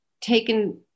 taken